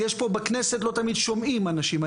פה בכנסת לא תמיד שומעים אנשים.